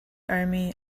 army